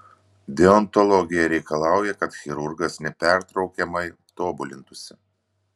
deontologija reikalauja kad chirurgas nepertraukiamai tobulintųsi